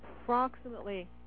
approximately